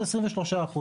אלה 23 אחוזים.